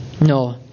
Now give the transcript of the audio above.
No